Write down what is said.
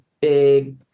big